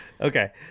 Okay